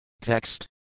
Text